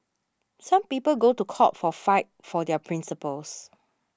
some people go to court for fight for their principles